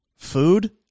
Food